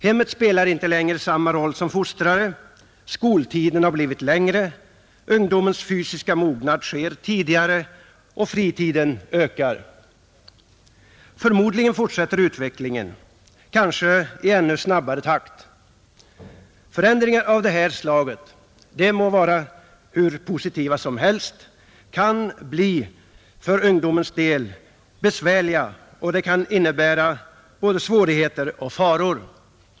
Hemmet spelar inte längre samma roll som fostrare, skoltiden har blivit längre, ungdomens fysiska mognad sker tidigare och fritiden ökar, Förmodligen fortsätter utvecklingen, kanske i ännu snabbare takt. Förändringar av detta slag, de må vara hur positiva som helst, kan bli för ungdomens del besvärliga och kan innebära både svårigheter och faror.